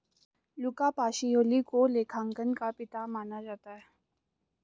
लुका Pacioli को लेखांकन का पिता माना जाता है